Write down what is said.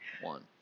one